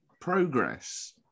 progress